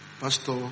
Pastor